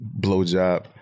Blowjob